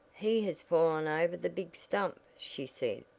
he has fallen over the big stump, she said,